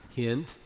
Hint